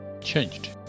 changed